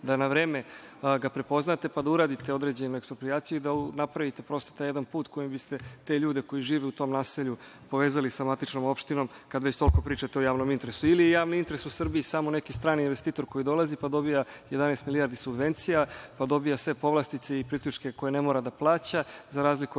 da na vreme ga prepoznate pa da uradite određenim eksproprijacijama i da napravite prosto taj jedan put kojim biste te ljude koji žive u tom naselju povezali sa matičnom opštinom, kad već pričate o javnom interesu. Ili je javni interes u Srbiji samo neki strani investitor koji dolazi pa dobija jedanaest milijardi subvencija, pa dobija sve povlastice i priključke koje ne mora da plati za razliku od